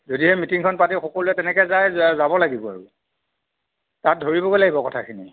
যদিহে মিটিংখন পাতে সকলোৱে তেনেকৈ যায় যাব লাগিব আৰু তাত ধৰিবগৈ লাগিব কথাখিনি